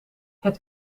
het